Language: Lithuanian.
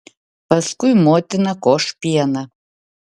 paskui motina koš pieną